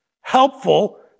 Helpful